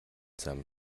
seinem